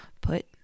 Put